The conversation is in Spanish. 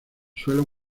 suelo